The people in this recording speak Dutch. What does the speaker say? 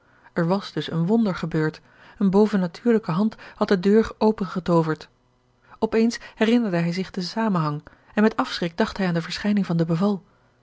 er was dus een wonder gebeurd eene bovennatuurlijke hand had de deur opengetooverd op eens herinnerde hij zich den zamenhang en met afschrik dacht hij aan de verschijning van